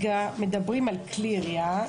מדברים על כלי ירייה.